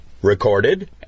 recorded